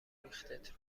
ریختت